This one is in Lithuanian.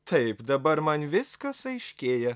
taip dabar man viskas aiškėja